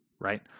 right